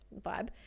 vibe